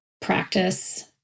practice